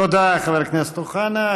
תודה, חבר הכנסת אוחנה.